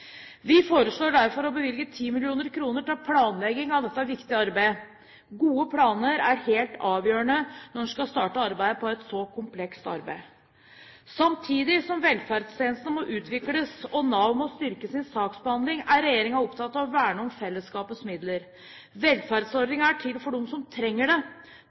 Vi foreslår derfor å bevilge 10 mill. kr til planlegging av dette viktige arbeidet. Gode planer er helt avgjørende når man skal starte på et så komplekst arbeid. Samtidig som velferdstjenestene må videreutvikles og Nav må styrke sin saksbehandling, er regjeringen opptatt av å verne om fellesskapets midler. Velferdsordningene er til for dem som trenger